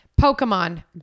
pokemon